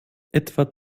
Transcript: etwa